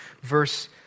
verse